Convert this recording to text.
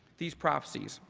these prophecies.